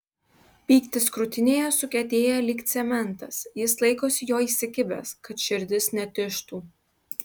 pyktis krūtinėje sukietėja lyg cementas jis laikosi jo įsikibęs kad širdis netižtų